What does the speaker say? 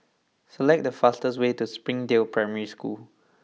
select the fastest way to Springdale Primary School